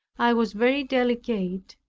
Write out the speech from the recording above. i was very delicate,